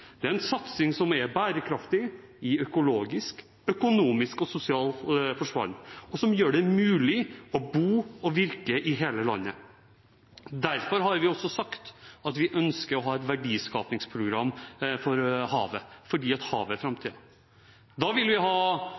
Det er en satsing som er bærekraftig i økologisk, økonomisk og sosial forstand, og som gjør det mulig å bo og virke i hele landet. Derfor har vi også sagt at vi ønsker å ha et verdiskapingsprogram for havet, fordi havet er framtiden. Da vil vi ha